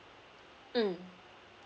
mm